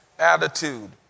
attitude